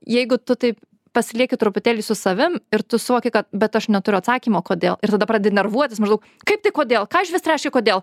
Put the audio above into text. jeigu tu taip pasilieki truputėlį su savim ir tu suvoki kad bet aš neturiu atsakymo kodėl ir tada pradedi nervuotis maždaug kaip tai kodėl ką iš vis reiškia kodėl